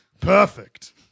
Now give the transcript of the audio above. Perfect